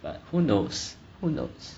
but who knows who knows